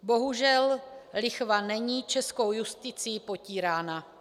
Bohužel lichva není českou justicí potírána.